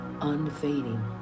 unfading